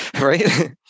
right